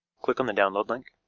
click on the download link.